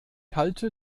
halte